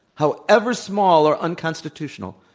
however small, are unconstitutional.